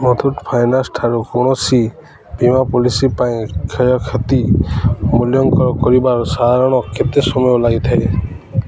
Muthoot finance ଠାରୁ କୌଣସି ବୀମା ପଲିସି ପାଇଁ କ୍ଷୟକ୍ଷତି ମୂଲ୍ୟାଙ୍କନ କରିବାରେ ସାଧାରଣତଃ କେତେ ସମୟ ଲାଗିଥାଏ